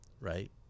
Right